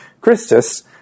Christus